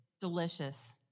delicious